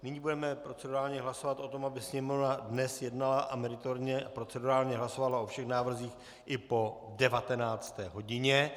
Nyní budeme procedurálně hlasovat o tom, aby Sněmovna dnes jednala a meritorně a procedurálně hlasovala o všech návrzích i po 19. hodině.